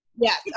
Yes